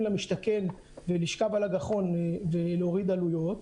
למשתכן ולשכב על הגחון ולהוריד עלויות,